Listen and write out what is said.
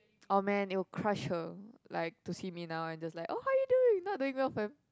orh man it would crush her like to see me now and just like oh how are you doing not doing well fam